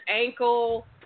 ankle